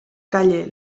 calle